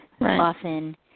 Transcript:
often